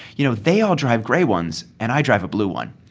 you know, they all drive gray ones. and i drive a blue one